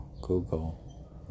Google